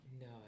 No